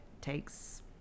takes